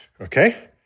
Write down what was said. okay